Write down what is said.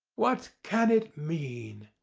what can it mean?